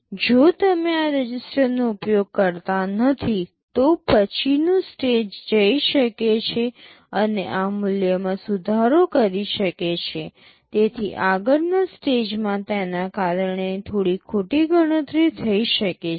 જો તમે આ રજિસ્ટરનો ઉપયોગ કરતા નથી તો પછીનો સ્ટેજ જઈ શકે છે અને આ મૂલ્યમાં સુધારો કરી શકે છે તેથી આગળના સ્ટેજમાં તેના કારણે થોડી ખોટી ગણતરી થઈ શકે છે